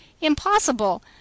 Impossible